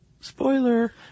Spoiler